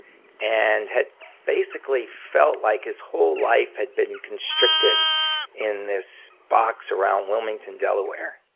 and had basically felt like his whole life had been constricted in this box around wilmington, delaware,